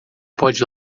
pode